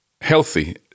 healthy